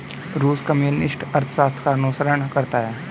रूस कम्युनिस्ट अर्थशास्त्र का अनुसरण करता है